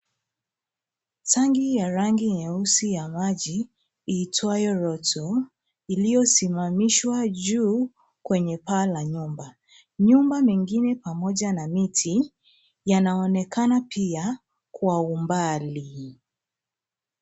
Tangi ya rangi nyeusi ya maji iitwayo Roto iliyosimamishwa juu kwenye paa la nyumba. Nyumba mengine pamoja na miti yanaonekana pia kwa umbali.